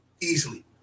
easily